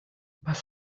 was